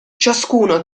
ciascuno